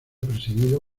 presidido